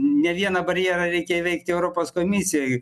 ne vieną barjerą reikia įveikti europos komisijoj